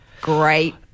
great